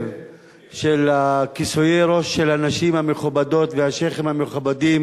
של כיסויי הראש של הנשים המכובדות והשיח'ים המכובדים